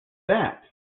that